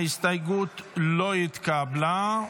ההסתייגות לא התקבלה.